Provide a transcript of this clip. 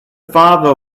father